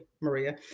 Maria